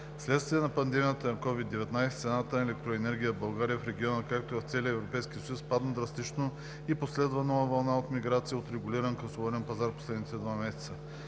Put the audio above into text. следствие на пандемията COVID-19 цената на електроенергията в България, в региона, както и в целия Европейски съюз, спадна драстично и последва нова вълна от миграция от регулиран към свободен пазар последните два месеца.